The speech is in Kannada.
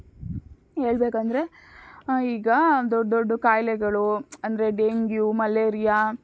ಹೇಳ್ಬೇಕ್ ಅಂದರೆ ಈಗ ದೊಡ್ಡ ದೊಡ್ಡದು ಕಾಯಿಲೆಗಳು ಅಂದರೆ ಡೆಂಗ್ಯೂ ಮಲೇರಿಯಾ